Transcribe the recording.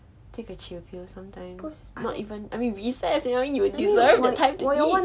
这个 chill pill sometimes not even I mean recess you only you will deserve the time to eat